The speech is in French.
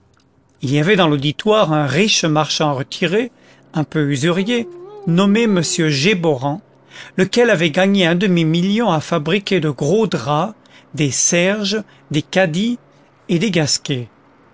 il y avait dans l'auditoire un riche marchand retiré un peu usurier nommé m géborand lequel avait gagné un demi-million à fabriquer de gros draps des serges des cadis et des gasquets